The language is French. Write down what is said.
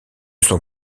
son